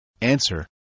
Answer